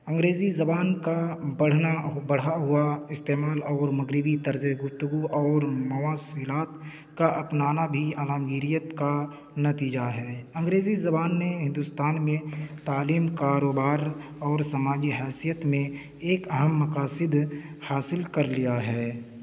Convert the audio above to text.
انگریزی زبان کا بڑھنا بڑھا ہوا استعمال اور مغربی طرزِ گفتگو اور مواصلات کا اپنانا بھی عالمگیریت کا نتیجہ ہے انگریزی زبان نے ہندوستان میں تعلیم کاروبار اور سماجی حیثیت میں ایک اہم مقاصد حاصل کر لیا ہے